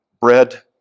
bread